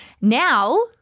Now